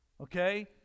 okay